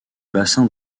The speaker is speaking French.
bassin